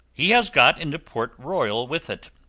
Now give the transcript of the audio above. he has gone into port royal with it.